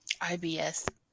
IBS